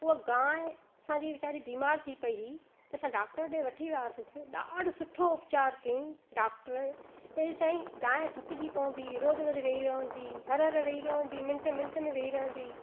हूअ गांइ असांजी वेचारी बीमार थी पई ही त असां डॉक्टर ॾिए वठी वियासीं ॾाढो सुठो उपचारु कयंई डॉक्टर ए साईं गांइ थकजी पवंदी रोज रोज वेही रहंदी हर हर वेही रहंदी मिंट मिंट में वेही रहंदी